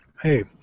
Hey